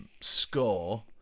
score